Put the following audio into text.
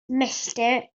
milltir